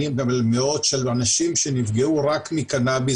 אני מדבר על מאות אנשים שנפגעו רק מקנאביס,